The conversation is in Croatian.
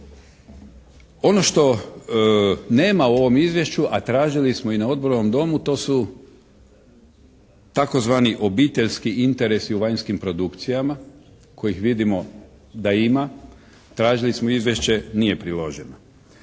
Ono što nema u ovom Izvješću, a tražili smo i na odboru u ovom Domu, to su tzv. obiteljski interesi u vanjskim produkcijama kojih vidimo da ima. Tražili smo izvješće. Nije priloženo.